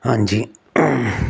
ਹਾਂਜੀ